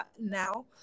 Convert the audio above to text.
now